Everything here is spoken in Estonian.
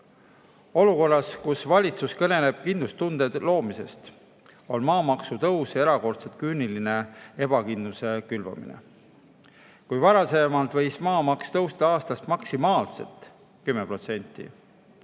kaotamine. Olukorras, kus valitsus kõneleb kindlustunde loomisest, on maamaksu tõus erakordselt küüniline ebakindluse külvamine. Kui varasemalt võis maamaks tõusta aastas maksimaalselt 10%,